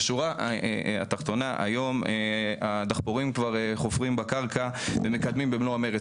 בשורה התחתונה היום הדחפורים כבר חופרים בקרקע ומקדמים במלוא המרץ